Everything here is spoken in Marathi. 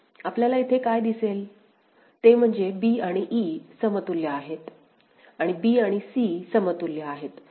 आपल्याला येथे काय दिसेल ते म्हणजे b आणि e समतुल्य आहेत आणि b आणि c समतुल्य आहेत